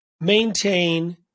maintain